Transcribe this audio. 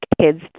kids